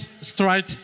Strike